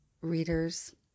readers